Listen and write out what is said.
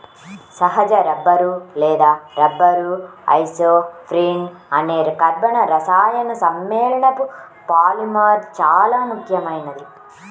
సహజ రబ్బరు లేదా rubber isoprene అనే కర్బన రసాయన సమ్మేళనపు పాలిమర్ చాలా ముఖ్యమైనది